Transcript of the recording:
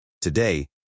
Today